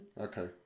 Okay